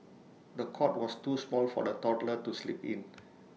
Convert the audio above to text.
the cot was too small for the toddler to sleep in